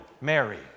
Mary